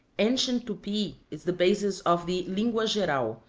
ancient tupi is the basis of the lingoa geral,